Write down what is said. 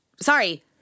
sorry